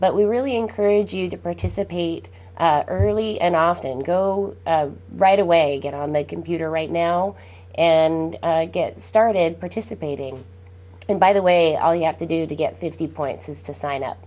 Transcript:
but we really encourage you to participate early and often go right away get on the computer right now and get started participating and by the way all you have to do to get fifty points is to sign up